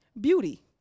Beauty